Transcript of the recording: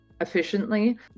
efficiently